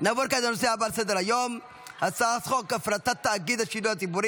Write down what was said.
אני קובע כי גם הצעת חוק הדחת ציבור התומך